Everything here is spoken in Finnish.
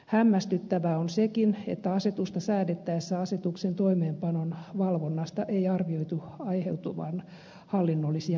hämmästyttävää on sekin että asetusta säädettäessä asetuksen toimeenpanon valvonnasta ei arvioitu aiheutuvan hallinnollisia lisäkuluja